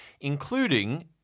including